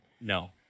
No